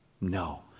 No